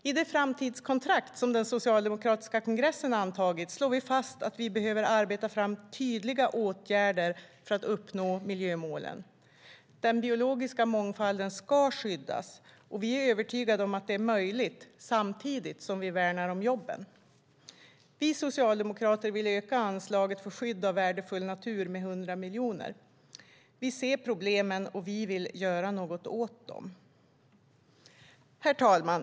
I det framtidskontrakt som den socialdemokratiska kongressen antagit slår vi fast att vi behöver arbeta fram tydliga åtgärder för att uppnå miljömålen. Den biologiska mångfalden ska skyddas, och vi är övertygade om att det är möjligt samtidigt som vi värnar jobben. Vi socialdemokrater vill öka anslaget för skydd av värdefull natur med 100 miljoner. Vi ser problemen och vill göra något åt dem. Herr talman!